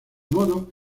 modo